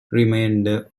remainder